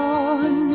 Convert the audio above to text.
on